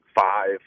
five